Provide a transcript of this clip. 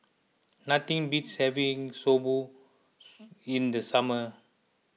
nothing beats having Soba in the summer